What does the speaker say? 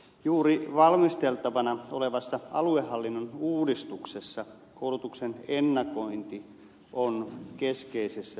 juuri valmisteltavana olevassa aluehallinnon uudistuksessa koulutuksen ennakointi on keskeisessä asemassa